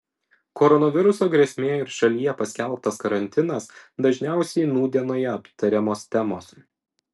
koronaviruso grėsmė ir šalyje paskelbtas karantinas dažniausiai nūdienoje aptariamos temos